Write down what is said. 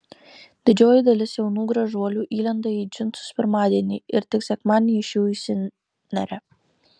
didžioji dalis jaunų gražuolių įlenda į džinsus pirmadienį ir tik sekmadienį iš jų išsineria